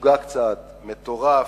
משוגע קצת, מטורף,